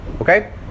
Okay